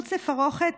"מחוץ לפרכת